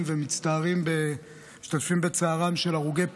ומשתתפים בצער המשפחות על הרוגי פיגועים,